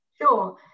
Sure